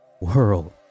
world